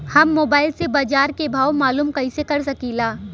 हम मोबाइल से बाजार के भाव मालूम कइसे कर सकीला?